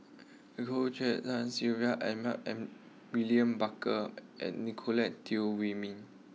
Goh En Sylvia Edmund William Barker and Nicolette Teo Wei Min